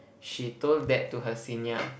she told that to her senior